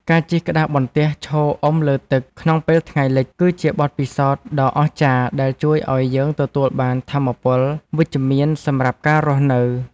ការជិះក្តារបន្ទះឈរអុំលើទឹកក្នុងពេលថ្ងៃលិច គឺជាបទពិសោធន៍ដ៏អស្ចារ្យដែលជួយឱ្យយើងទទួលបានថាមពលវិជ្ជមានសម្រាប់ការរស់នៅ។